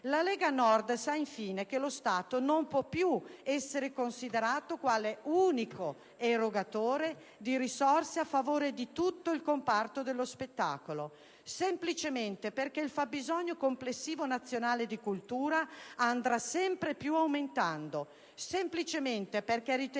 La Lega Nord sa, infine, che lo Stato non può più essere considerato quale unico erogatore di risorse a favore di tutto il comparto dello spettacolo, semplicemente perché il fabbisogno complessivo nazionale di cultura andrà sempre più aumentando, semplicemente perché riteniamo